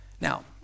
Now